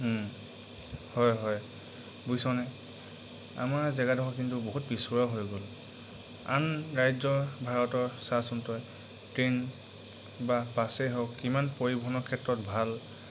হয় হয় বুজিছনে আমাৰ জেগাডোখৰ কিন্তু বহুত পিছপৰা হৈ গ'ল আন ৰাজ্যৰ ভাৰতৰ চাচোন তই ট্ৰেইন বা বাছেই হওক কিমান পৰিবহণৰ ক্ষেত্ৰত ভাল